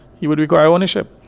he would require ownership.